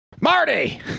Marty